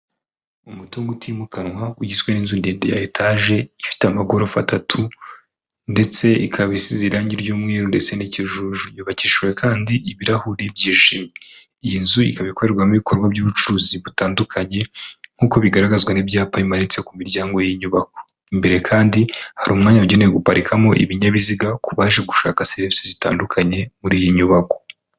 Umutungo utimukanwa ugizwe n'inzu ndende ya etaje ifite amagorofa atatu, ndetse ikaba isize irangi ry'umweru ndetse n'ikijuju, yubakishijwe kandi ibirahuri byijimye. Iyi nzu ikaba ikorerwamo ibikorwa by'ubucuruzi butandukanye nk'uko bigaragazwa n'ibyapa bimanitse ku miryango y'inyubako, imbere kandi hari umwanya wagenewe guparikamo ibinyabiziga ku baje gushaka serivisi zitandukanye muri iyi nyubako.